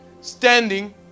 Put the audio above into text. standing